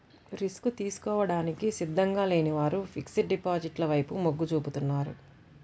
risk తీసుకోవడానికి సిద్ధంగా లేని వారు ఫిక్స్డ్ డిపాజిట్ల వైపు మొగ్గు చూపుతున్నారు